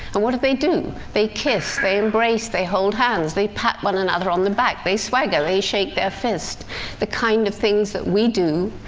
and what do they do? they kiss they embrace they hold hands. they pat one another on the back they swagger they shake their fist the kind of things that we do,